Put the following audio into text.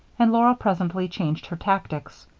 and laura presently changed her tactics.